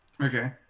Okay